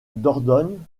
dordogne